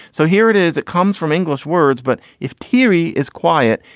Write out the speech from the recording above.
so here it is. it comes from english words. but if teary is quiet,